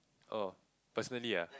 oh personally ah